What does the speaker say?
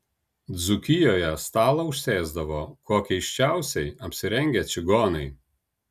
dzūkijoje stalą užsėsdavo kuo keisčiausiai apsirengę čigonai